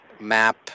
map